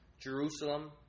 Jerusalem